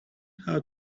how